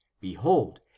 Behold